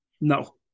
No